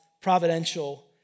providential